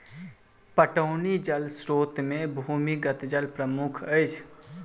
पटौनी जल स्रोत मे भूमिगत जल प्रमुख अछि